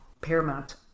paramount